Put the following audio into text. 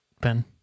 Ben